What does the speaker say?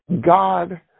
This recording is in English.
God